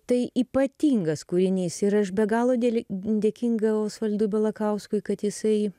tai ypatingas kūrinys ir aš be galo dėle dėkinga osvaldui balakauskui kad jisai